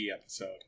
episode